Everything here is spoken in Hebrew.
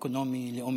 הסוציו-אקונומי הלאומי.